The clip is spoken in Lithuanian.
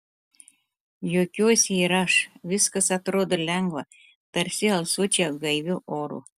juokiuosi ir aš viskas atrodo lengva tarsi alsuočiau gaiviu oru